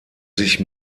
sich